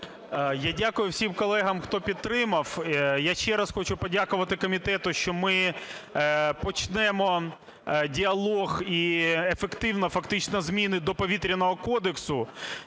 Я дякую всім колегам хто підтримав. Я ще раз хочу подякувати комітету, що ми почнемо діалог і ефективно фактично зміни до Повітряного кодексу,